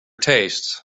tastes